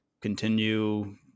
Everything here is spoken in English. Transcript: continue